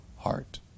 heart